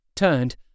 turned